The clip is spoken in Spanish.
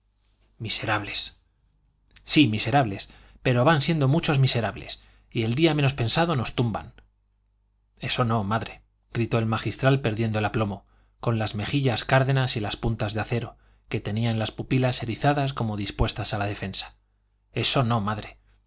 miserables sí miserables pero van siendo muchos miserables y el día menos pensado nos tumban eso no madre gritó el magistral perdiendo el aplomo con las mejillas cárdenas y las puntas de acero que tenía en las pupilas erizadas como dispuestas a la defensa eso no madre